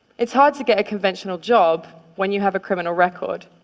it's hard to get a conventional job when you have a criminal record.